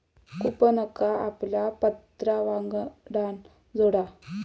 कूपनका आपल्या पत्रावांगडान जोडा